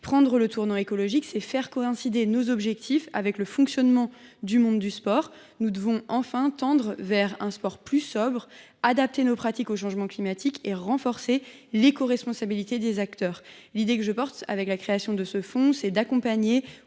Prendre le tournant écologique, c’est faire coïncider nos objectifs avec le fonctionnement du monde du sport. Nous devons enfin tendre vers un sport plus sobre, adapter nos pratiques au changement climatique et renforcer l’écoresponsabilité des acteurs. Nous souhaitons accompagner